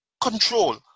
Control